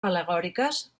al·legòriques